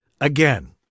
Again